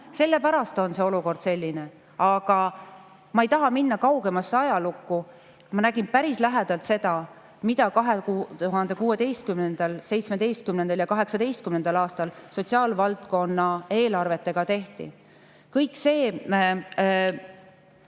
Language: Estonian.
Sellepärast on see olukord selline. Ma ei taha minna kaugemasse ajalukku. Ma nägin päris lähedalt seda, mida 2016., 2017. ja 2018. aastal sotsiaalvaldkonna eelarvetega tehti. Kõik see